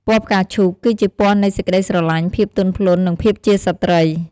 ពណ៌ផ្កាឈូក គឺជាពណ៌នៃ សេចក្ដីស្រឡាញ់ ភាពទន់ភ្លន់ និង ភាពជាស្ត្រី។